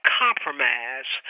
compromise